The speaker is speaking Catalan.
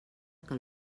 que